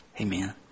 Amen